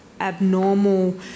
abnormal